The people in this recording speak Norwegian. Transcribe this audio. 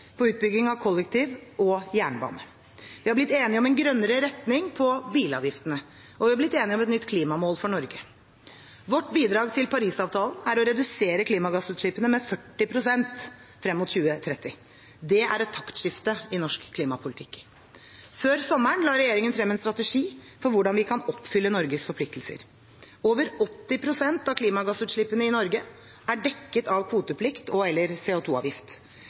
på utbygging av kollektivtrafikk og jernbane. Vi har blitt enige om en grønnere retning på bilavgiftene, og vi har blitt enige om et nytt klimamål for Norge. Vårt bidrag til Paris-avtalen er å redusere klimagassutslippene med 40 pst. frem mot 2030. Det er et taktskifte i norsk klimapolitikk. Før sommeren la regjeringen frem en strategi for hvordan vi kan oppfylle Norges forpliktelser. Over 80 pst. av klimagassutslippene i Norge er dekket av kvoteplikt